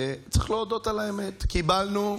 צריך להודות על האמת, קיבלנו את,